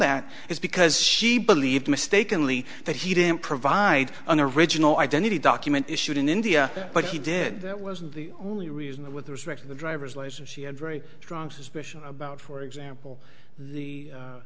that is because she believed mistakenly that he didn't provide an original identity document issued in india but he did that was the only reason with respect to the driver's license she had very strong suspicion about for example the